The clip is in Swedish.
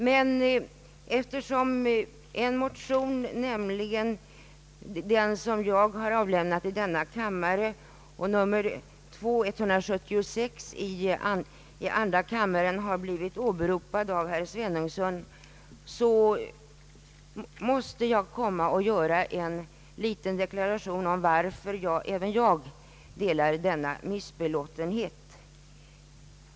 Men eftersom de två likalydande motionerna, nämligen den som jag har avlämnat i denna kammare och nr 176 i andra kammaren, har blivit åberopade av herr Svenungsson, måste jag göra en liten deklaration om varför även jag delar denna missbelåtenhet.